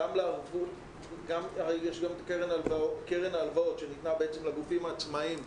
ויש גם את קרן ההלוואות שניתנה לגופים העצמאיים,